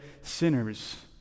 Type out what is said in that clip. sinners